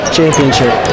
championship